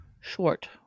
Short